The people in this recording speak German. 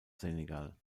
senegal